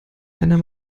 einer